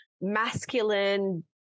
masculine